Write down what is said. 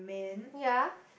ya